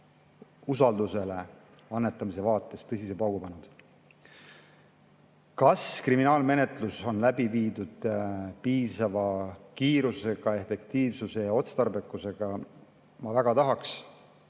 usaldusele annetamise vaates tõsise paugu pannud. Kas kriminaalmenetlus on läbi viidud piisava kiirusega, efektiivsuse ja otstarbekusega? Ma väga tahaks,